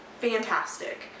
fantastic